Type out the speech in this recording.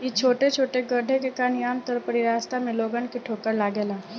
इ छोटे छोटे गड्ढे के कारण ही आमतौर पर इ रास्ता में लोगन के ठोकर लागेला